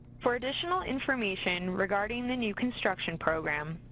for additional information regarding the new construction program,